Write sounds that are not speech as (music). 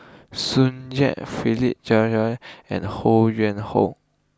Tsung Yeh Philip (unintelligible) and Ho Yuen Hoe